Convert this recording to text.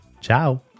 Ciao